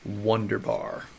Wonderbar